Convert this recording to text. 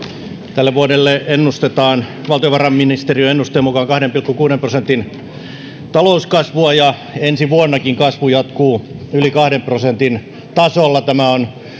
tälle vuodelle ennustetaan valtiovarainministeriön ennusteen mukaan kahden pilkku kuuden prosentin talouskasvua ja ensi vuonnakin kasvu jatkuu yli kahden prosentin tasolla tämä on